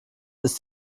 ist